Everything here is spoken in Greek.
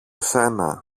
σένα